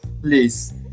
please